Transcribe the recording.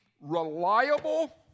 reliable